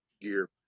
gear